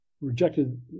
rejected